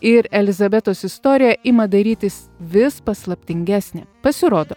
ir elizabetos istorija ima darytis vis paslaptingesnė pasirodo